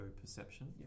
Perception